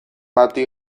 bati